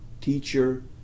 teacher